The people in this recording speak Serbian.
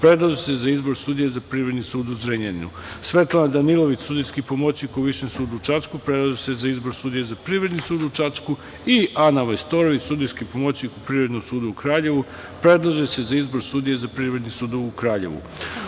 predlaže se za izbor sudije za Privredni sud u Zrenjaninu, Svetlana Danilović, sudijski pomoćnik u Višem sudu u Čačku, predlaže se za izbor sudije za Privredni sud u Čačku i Ana Majstorović, sudijski pomoćnik u Privrednom sudu u Kraljevu, predlaže se za izbor sudije za Privredni sud u Kraljevu. Uglavnom,